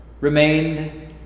remained